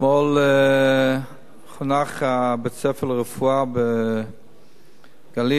אתמול נחנך בית-הספר לרפואה בגליל,